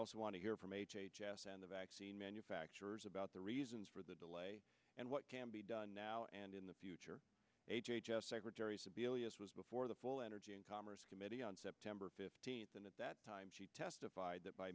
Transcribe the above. also want to hear from h h s and the vaccine manufacturers about the reasons for the delay and what can be done now and in the future h h s secretary sebelius was before the full energy and commerce committee on september fifteenth and at that time she testified that by